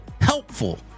HELPFUL